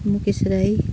Mukesh Rai